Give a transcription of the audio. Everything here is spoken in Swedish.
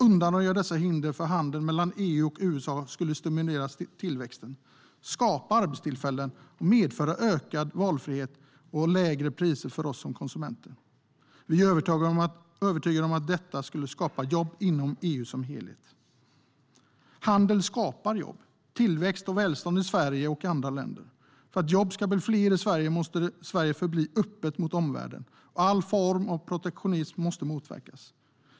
Undanröjer man dessa hinder för handeln mellan EU och USA skulle det stimulera tillväxten, skapa arbetstillfällen och medföra ökad valfrihet och lägre priser för oss som konsumenter. Vi är övertygade om att detta skulle skapa jobb inom EU som helhet. Handel skapar jobb, tillväxt och välstånd i Sverige och i andra länder. För att jobben ska bli fler i Sverige måste Sverige förbli öppet mot omvärlden. All form av protektionism måste motverkas.